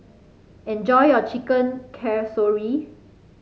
enjoy your Chicken Casserole